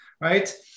right